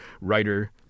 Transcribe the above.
writer